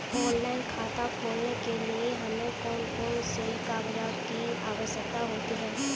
Online खाता खोलने के लिए हमें कौन कौन से कागजात की आवश्यकता होती है?